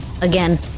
again